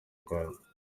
rwanda